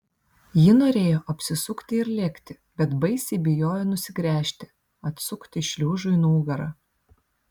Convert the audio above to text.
ji norėjo apsisukti ir lėkti bet baisiai bijojo nusigręžti atsukti šliužui nugarą